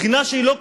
בחינה שהיא לא קשה,